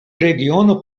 regiono